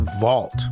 vault